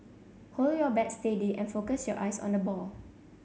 hold your bat steady and focus your eyes on the ball